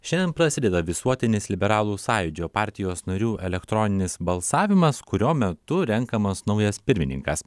šiandien prasideda visuotinis liberalų sąjūdžio partijos narių elektroninis balsavimas kurio metu renkamas naujas pirmininkas